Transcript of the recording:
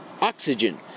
oxygen